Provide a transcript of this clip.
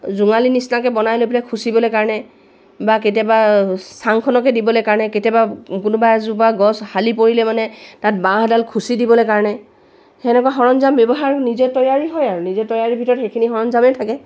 জোঙালী নিচিনাকৈ বনাই লৈ পেলাই খুচিবলৈ কাৰণে বা কেতিয়াবা চাংখনকে দিবলৈ কাৰণে কেতিয়াবা কোনোবা এজোপা গছ হালি পৰিলে মানে তাত বাঁহ এডাল খুচি দিবলৈ কাৰণে তেনেকুৱা সৰঞ্জাম ব্যৱহাৰ নিজে তৈয়াৰী হয় আৰু নিজে তৈয়াৰী ভিতৰত সেইখিনি সৰঞ্জামেই থাকে